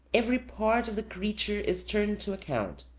every part of the creature is turned to account.